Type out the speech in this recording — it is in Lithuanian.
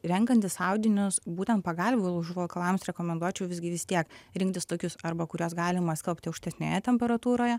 renkantis audinius būtent pagalvių užvalkalams rekomenduočiau visgi vis tiek rinktis tokius arba kuriuos galima skalbti aukštesnėje temperatūroje